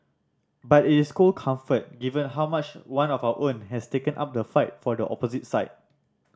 but it's cold comfort given how much one of our own has taken up the fight for the opposite side